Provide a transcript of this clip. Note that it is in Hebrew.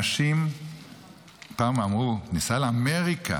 פעם אנשים אמרו: ניסע לאמריקה